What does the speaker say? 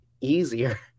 easier